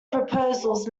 proposals